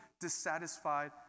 dissatisfied